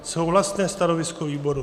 Souhlasné stanovisko výboru.